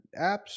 apps